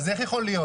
אז איך יכול להיות?